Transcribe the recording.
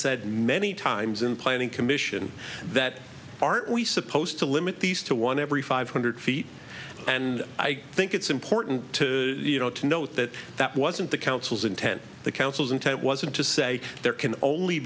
said many times in planning commission that aren't we supposed to limit these to one every five hundred feet and i think it's important to note that that wasn't the council's intent the council's intent wasn't to say there can only